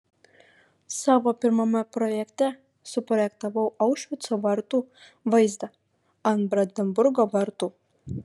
savo pirmame projekte suprojektavau aušvico vartų vaizdą ant brandenburgo vartų